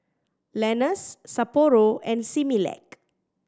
Lenas Sapporo and Similac